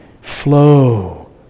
flow